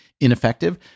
ineffective